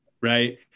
right